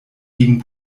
gegen